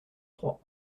trois